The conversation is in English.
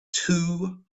too